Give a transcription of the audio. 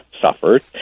suffered